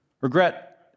Regret